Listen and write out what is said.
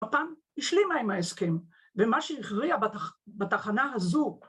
‫הפעם השלימה עם ההסכם, ‫ומה שהכריע בת.. בתחנה הזו...